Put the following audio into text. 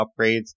upgrades